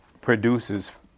produces